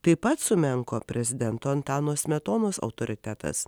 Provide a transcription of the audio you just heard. taip pat sumenko prezidento antano smetonos autoritetas